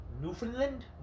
Newfoundland